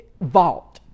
vault